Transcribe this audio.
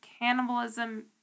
cannibalism